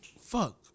Fuck